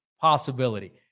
possibility